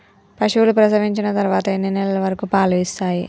పశువులు ప్రసవించిన తర్వాత ఎన్ని నెలల వరకు పాలు ఇస్తాయి?